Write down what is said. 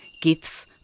gifts